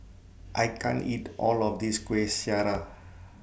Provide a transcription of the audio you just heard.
I can't eat All of This Kueh Syara